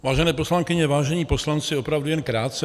Vážené poslankyně, vážení poslanci, opravdu jen krátce.